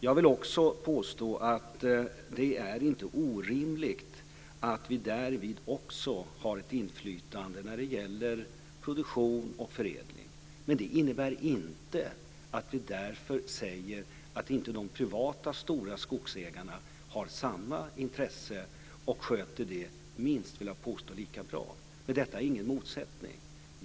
Jag vill också påstå att det inte är orimligt att vi därvid också har ett inflytande när det gäller produktion och förädling, men det innebär inte att vi därför säger att de privata stora skogsägarna inte har samma intresse och sköter det minst lika bra. Detta är ingen motsättning.